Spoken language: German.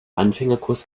anfängerkurs